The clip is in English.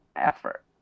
effort